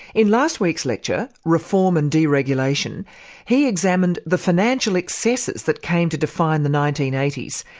in last week's lecture, reform and deregulation he examined the financial excesses that came to define the nineteen eighty s,